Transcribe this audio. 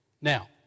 Now